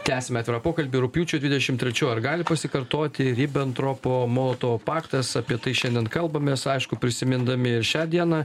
tęsiame pokalbį rugpjūčio dvidešim trečių ar gali pasikartoti ribentropo molotovo paktas apie tai šiandien kalbamės aišku prisimindami ir šią dieną